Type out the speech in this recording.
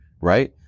Right